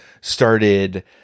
started